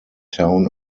town